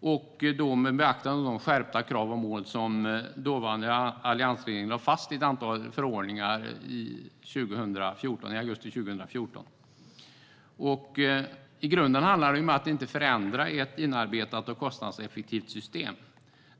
mot bakgrund av de skärpta krav och mål som den dåvarande alliansregeringen lade fast i ett antal förordningar i augusti 2014. I grunden handlar det om att inte förändra ett inarbetat och kostnadseffektivt system.